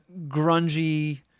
grungy